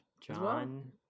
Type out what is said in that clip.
John